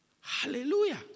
Hallelujah